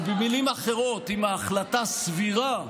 או במילים אחרות, אם ההחלטה סבירה,